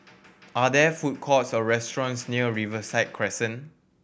are there food courts or restaurants near Riverside Crescent